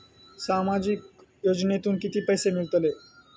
सामाजिक योजनेतून किती पैसे मिळतले?